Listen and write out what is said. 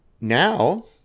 now